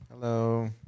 hello